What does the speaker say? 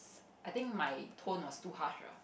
I think my tone was too harsh ah